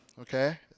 okay